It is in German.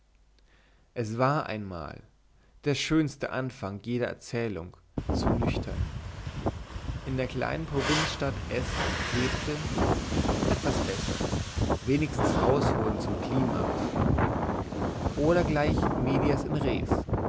es war einmal der schönste anfang jeder erzählung zu nüchtern in der kleinen provinzialstadt s lebte etwas besser wenigstens ausholend zum klimax oder gleich medias in res